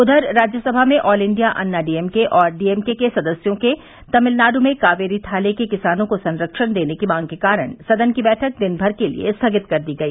उधर राज्यसभा में all India Anna DMK और डीएमके के सदस्यों के तमिलनाड् में कावेरी थाले के किसानों को संरक्षण देने की मांग के कारण सदन की बैठक दिन भर के लिए स्थगित कर दी गई